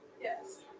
Yes